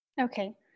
Okay